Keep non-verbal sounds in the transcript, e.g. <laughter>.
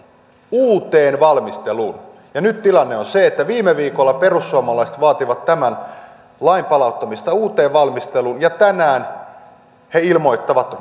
uuteen valmisteluun nyt tilanne on se että viime viikolla perussuomalaiset vaativat tämän lain palauttamista uuteen valmisteluun ja tänään he ilmoittavat <unintelligible>